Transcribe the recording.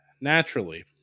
naturally